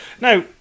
Now